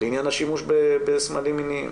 השימוש בסמלים מיניים.